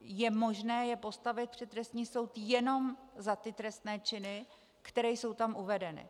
Je možné je postavit před trestní soud jenom za ty trestné činy, které jsou tam uvedeny.